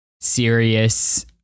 serious